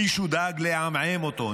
מישהו דאג לעמעמם אותו.